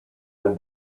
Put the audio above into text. that